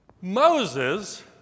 Moses